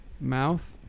Mouth